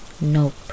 Nope